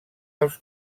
els